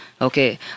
Okay